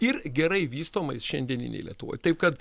ir gerai vystomais šiandieninėj lietuvoj taip kad